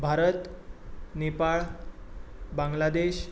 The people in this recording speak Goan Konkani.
भारत नेपाळ बांगलादेश